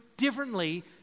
differently